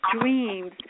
dreams